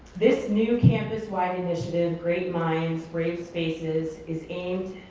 this new campus-wide initiative, great minds, brave spaces, is aimed